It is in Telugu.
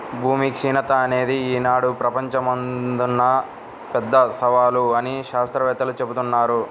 భూమి క్షీణత అనేది ఈనాడు ప్రపంచం ముందున్న పెద్ద సవాలు అని శాత్రవేత్తలు జెబుతున్నారు